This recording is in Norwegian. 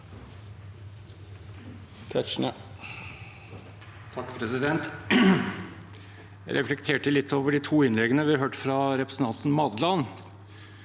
(H) Jeg reflekterte litt over de to innleggene vi hørte fra representanten Madland,